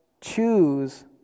choose